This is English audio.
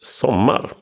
sommar